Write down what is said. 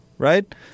Right